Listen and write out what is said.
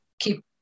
keep